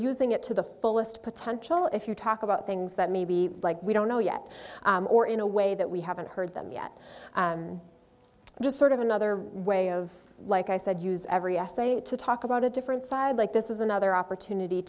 using it to the fullest potential if you talk about things that maybe like we don't know yet or in a way that we haven't heard them yet just sort of another way of like i said use every essay to talk about a different side like this is another opportunity